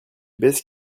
baisses